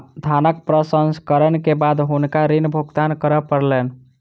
धानक प्रसंस्करण के बाद हुनका ऋण भुगतान करअ पड़लैन